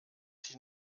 sich